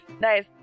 nice